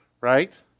Right